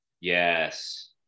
Yes